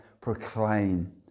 proclaim